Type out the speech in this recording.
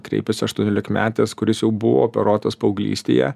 kreipėsi aštuoniolikmetis kuris jau buvo operuotas paauglystėje